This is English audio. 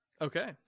Okay